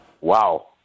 Wow